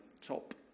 top